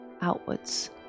outwards